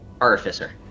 Artificer